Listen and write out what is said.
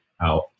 out